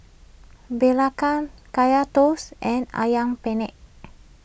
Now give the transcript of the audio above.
Belacan Kaya Toast and Ayam Penyet